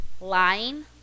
Lying